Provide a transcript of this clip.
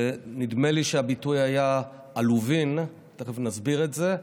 ונדמה לי שהביטוי היה "עלובין", ותכף נסביר את זה,